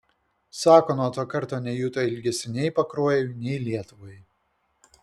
sako nuo to karto nejuto ilgesio nei pakruojui nei lietuvai